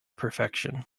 perfection